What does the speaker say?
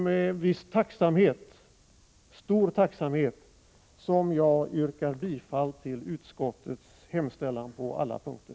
Det är med stor tacksamhet som jag yrkar bifall till utskottets hemställan på alla punkter.